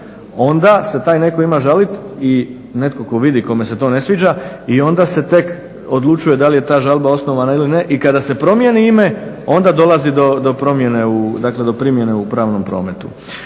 onda se taj neko ima žalit i neko ko vidi, kome se to ne sviđa i onda se tek odlučuje da li je ta žalba osnovana ili ne. I kada se promijeni ime onda dolazi do promijene, dakle do primjene